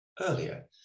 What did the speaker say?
earlier